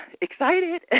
excited